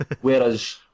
Whereas